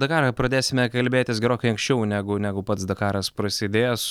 dakarą pradėsime kalbėtis gerokai anksčiau negu negu pats dakaras prasidės